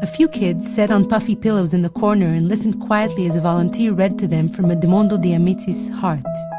a few kids sat on puffy pillows in the corner and listened quietly as a volunteer read to them from edmondo de amicis' heart